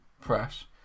press